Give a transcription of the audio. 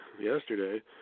yesterday